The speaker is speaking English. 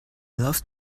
love